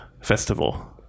festival